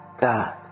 God